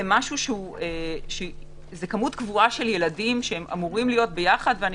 זה כמות קבועה של ילדים שאמורים להיות ביחד ואני